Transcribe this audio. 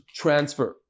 transfer